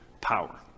power